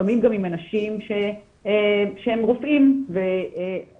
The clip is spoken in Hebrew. לפעמים גם עם אנשים שהם רופאים ולא